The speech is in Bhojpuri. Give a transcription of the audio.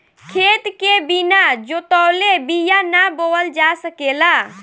खेत के बिना जोतवले बिया ना बोअल जा सकेला